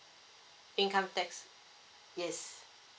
income tax yes